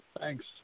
Thanks